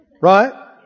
Right